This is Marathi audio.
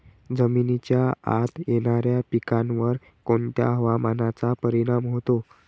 जमिनीच्या आत येणाऱ्या पिकांवर कोणत्या हवामानाचा परिणाम होतो?